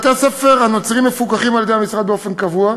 בתי-הספר הנוצריים מפוקחים על-ידי המשרד באופן קבוע,